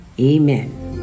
Amen